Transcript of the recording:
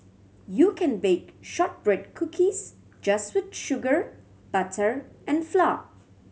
you can bake shortbread cookies just with sugar butter and flour